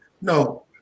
No